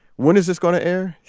when is this going to air? the